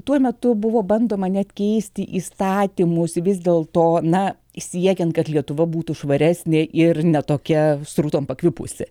tuo metu buvo bandoma net keisti įstatymus vis dėl to na siekiant kad lietuva būtų švaresnė ir ne tokia srutom pakvipusi